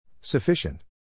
Sufficient